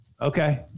Okay